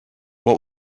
what